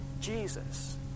Jesus